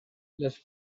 les